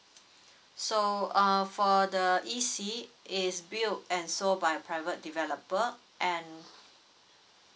so err for the E_C is built and so by a private developer and